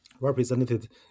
represented